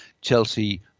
Chelsea